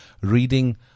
reading